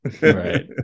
Right